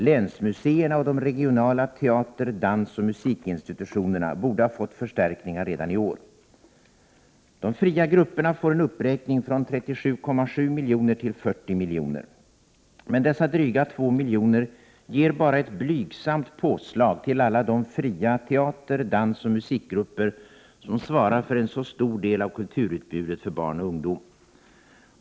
Länsmuseerna och de regionala teater-, dansoch musikinstitutionerna borde ha fått förstärkningar redan i år. De fria grupperna får en uppräkning från 37,7 miljoner till 40 miljoner. Men dessa dryga 2 miljoner ger bara ett blygsamt påslag till alla de fria teater-, dansoch musikgrupper som svarar för en så stor del av kulturutbudet för barn och ungdom.